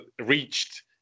reached